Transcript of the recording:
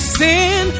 sin